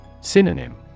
Synonym